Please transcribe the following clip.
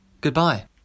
Goodbye